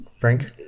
Frank